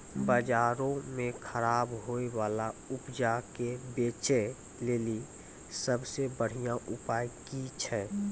बजारो मे खराब होय बाला उपजा के बेचै लेली सभ से बढिया उपाय कि छै?